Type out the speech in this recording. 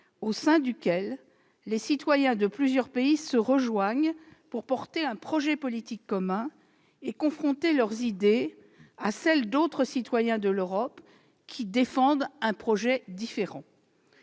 au sein duquel les citoyens de plusieurs pays se rejoindraient pour porter un projet politique commun et confronter leurs idées à celles d'autres citoyens de l'Europe défendant un projet différent.